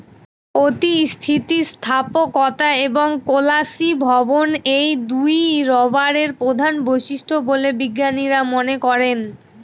অতি স্থিতিস্থাপকতা এবং কেলাসীভবন এই দুইই রবারের প্রধান বৈশিষ্ট্য বলে বিজ্ঞানীরা মনে করেন